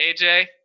AJ